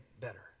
better